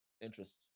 interest